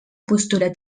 postura